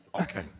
Okay